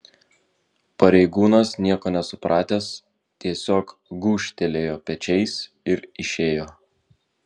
pareigūnas nieko nesupratęs tiesiog gūžtelėjo pečiais ir išėjo